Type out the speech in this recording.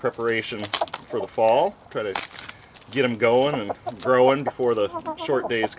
preparation for the fall try to get them go in and throw one before the short days